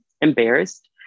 embarrassed